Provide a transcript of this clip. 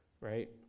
right